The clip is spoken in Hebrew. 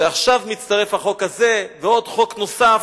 ועכשיו מצטרף החוק הזה, ועוד חוק, נוסף,